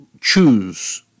choose